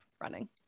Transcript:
running